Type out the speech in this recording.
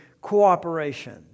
cooperation